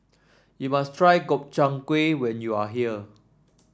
you must try Gobchang Gui when you are here